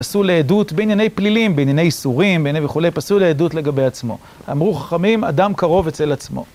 פסול לעדות בענייני פלילים, בענייני סורים, בענייני וכו', פסול לעדות לגבי עצמו. אמרו חכמים, אדם קרוב אצל עצמו.